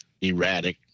erratic